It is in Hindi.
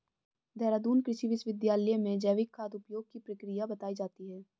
देहरादून कृषि विश्वविद्यालय में जैविक खाद उपयोग की प्रक्रिया बताई जाती है